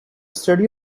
study